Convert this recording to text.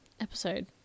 episode